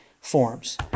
forms